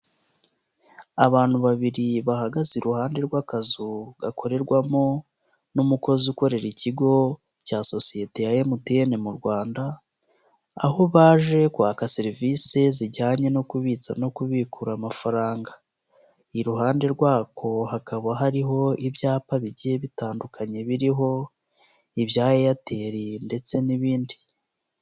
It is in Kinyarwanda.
Abantu babiri bahagaze iruhande rw'akazu gakorerwamo n'umukozi ukorera ikigo cya sosiyete ya MTN mu Rwanda, aho baje kwaka serivisi zijyanye no kubitsa no kubikuza amafaranga, iruhande rwako hakaba hariho ibyapa bigiye bitandukanye biriho ibya Airtel ndetse n'ibindi.